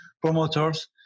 promoters